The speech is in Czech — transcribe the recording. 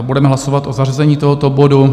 Budeme hlasovat o zařazení tohoto bodu.